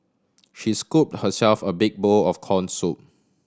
she scoop herself a big bowl of corn soup